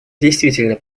действительно